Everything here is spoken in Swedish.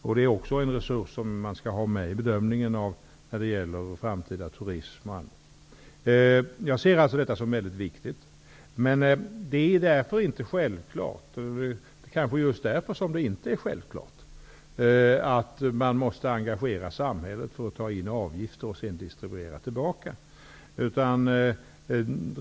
Detta är också en resurs som bör tas med i bedömningen när det gäller framtida turism och annat. Jag ser alltså detta som väldigt viktigt. Men det är just därför som det inte är självklart att man måste engagera samhället för att ta in avgifter som sedan skall distribueras tillbaka.